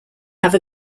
have